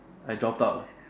I drop out